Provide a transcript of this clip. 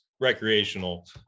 recreational